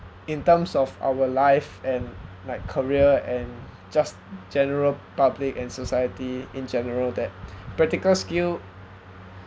in terms of our life and like career and just general public and society in general that practical skill